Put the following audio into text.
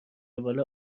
روال